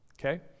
Okay